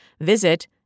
Visit